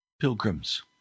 pilgrims